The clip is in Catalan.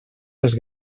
les